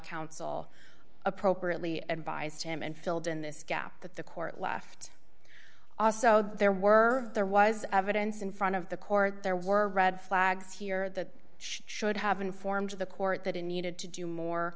counsel appropriately advised him and filled in this gap that the court left also there were there was evidence in front of the court there were red flags here that should have informed the court that it needed to do more